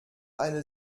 eine